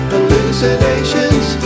Hallucinations